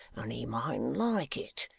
and he mightn't like it.